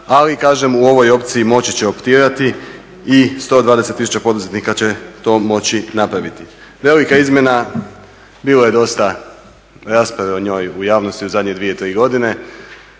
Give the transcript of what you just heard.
kažem u ovoj opciji moći će optirati i 120 000 poduzetnika će to moći napraviti. Velika izmjena bilo je dosta rasprave o njoj u javnosti u zadnje dvije,